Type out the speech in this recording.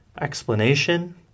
Explanation